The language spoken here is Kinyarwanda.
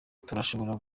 turashobora